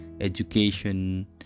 education